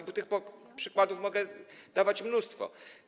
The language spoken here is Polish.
I tych przykładów mogę dawać mnóstwo.